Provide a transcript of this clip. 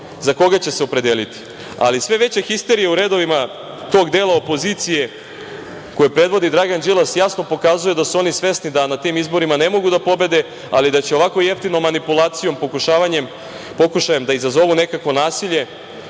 za koga će se opredeliti. Ali sve veća histerija u redovima tog dela opozicije koju predvodi Dragan Đilas jasno pokazuje da su oni svesni da na tim izborima ne mogu da pobede, ali da će ovako jeftinom manipulacijom, pokušajem da izazovu nekakvo nasilje,